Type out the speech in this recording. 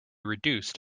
reduced